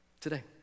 today